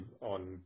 on